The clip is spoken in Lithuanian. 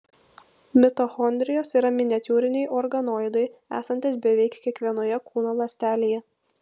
mitochondrijos yra miniatiūriniai organoidai esantys beveik kiekvienoje kūno ląstelėje